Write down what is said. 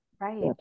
right